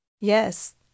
Yes